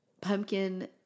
pumpkin